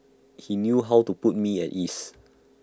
he knew how to put me at ease